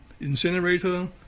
incinerator